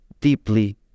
deeply